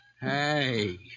Hey